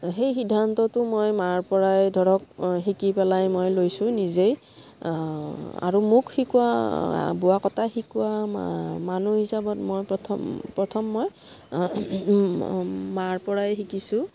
সেই সিদ্ধান্তটো মই মাৰ পৰাই ধৰক শিকি পেলাই মই লৈছোঁ নিজেই আৰু মোক শিকোৱা বোৱা কটা শিকোৱা মানুহ হিচাপত মই প্ৰথম প্ৰথম মই মাৰ পৰাই শিকিছোঁ